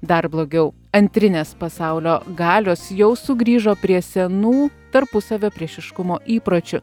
dar blogiau antrinės pasaulio galios jau sugrįžo prie senų tarpusavio priešiškumo įpročių